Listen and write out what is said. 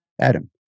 Adam